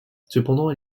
cependant